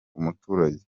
umuturage